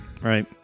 Right